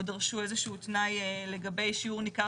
או דרשו איזה שהוא תנאי לגבי שיעור ניכר